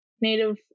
native